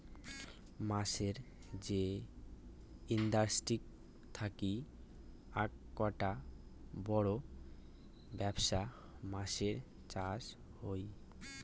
মাছের যে ইন্ডাস্ট্রি থাকি আককটা বড় বেপছা মাছের চাষ হই